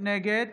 נגד